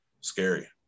Scary